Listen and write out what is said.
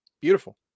Beautiful